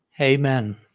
Amen